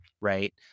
right